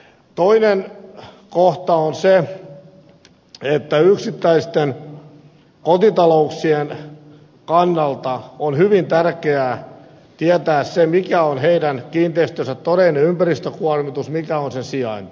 toinen kohta on se että yksittäisten kotitalouksien kannalta on hyvin tärkeää tietää se mikä on heidän kiinteistönsä todellinen ympäristökuormitus mikä on sen sijainti